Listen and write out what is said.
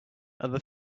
other